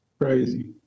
crazy